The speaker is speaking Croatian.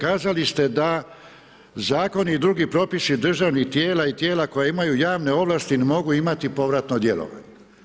Kazali ste da zakoni i drugi propisi državnih tijela i tijela koja imaju javne ovlasti ne mogu imati povratno djelovanje.